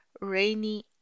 rainy